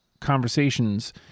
conversations